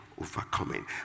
overcoming